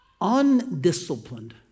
undisciplined